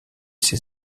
ses